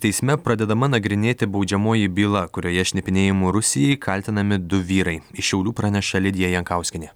teisme pradedama nagrinėti baudžiamoji byla kurioje šnipinėjimu rusijai kaltinami du vyrai iš šiaulių praneša lidija jankauskienė